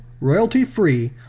royalty-free